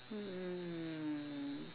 um